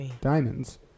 diamonds